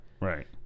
right